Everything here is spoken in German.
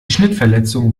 schnittverletzung